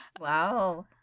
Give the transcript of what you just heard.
Wow